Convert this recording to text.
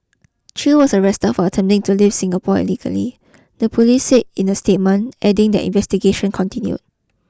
Chew was arrested for attempting to leave Singapore illegally the police said in a statement adding that investigation continued